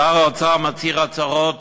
שר האוצר מצהיר הצהרות